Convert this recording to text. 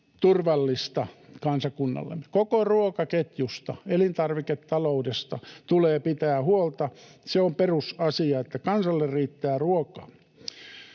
turvallista kansakunnallemme. Koko ruokaketjusta, elintarviketaloudesta tulee pitää huolta. Se on perusasia, että kansalle riittää ruokaa.